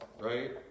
right